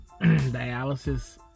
dialysis